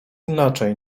inaczej